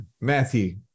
Matthew